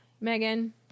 Megan